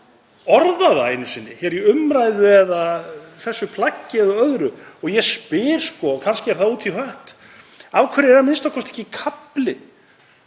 orða það einu sinni hér í umræðu eða þessu plaggi eða öðru og ég spyr, og kannski er það út í hött: Af hverju er a.m.k. ekki kafli